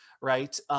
right